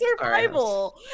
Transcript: survival